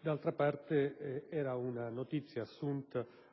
d'altra parte, era una notizia assunta